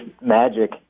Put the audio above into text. magic